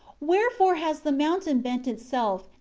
wherefore has the mountain bent itself,